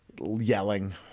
yelling